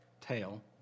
tail